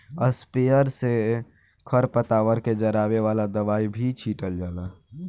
sprayer से खर पतवार के जरावे वाला दवाई भी छीटल जाला